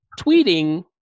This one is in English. tweeting